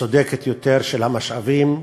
צודקת יותר של המשאבים,